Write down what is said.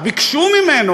ביקשו ממנו,